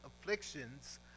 afflictions